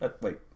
Wait